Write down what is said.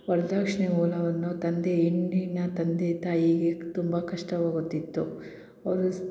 ವರ್ದಕ್ಷ್ಣೆ ತಂದೆ ಹೆಣ್ಣಿನ ತಂದೆ ತಾಯಿಗೆ ತುಂಬ ಕಷ್ಟವಾಗುತ್ತಿತ್ತು ಅವರು